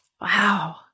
Wow